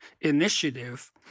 initiative